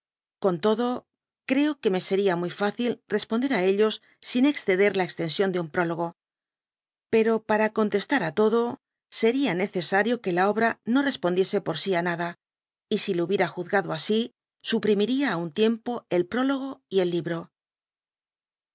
con todo creo que me seria muy fácil responder á ellos sin exceder la extensión de un prólogo pero para contestar á todo seria necesario que la obra no respondiese por sí á nada y si lo hubiera juzgado asi suprimiría á un tiempo el prólogo y el libro